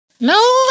No